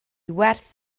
werth